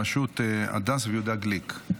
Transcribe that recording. בראשות הדס ויהודה גליק,